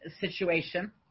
situation